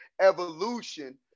evolution